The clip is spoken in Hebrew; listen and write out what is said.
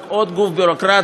רק עוד גוף ביורוקרטי,